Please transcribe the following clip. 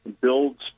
builds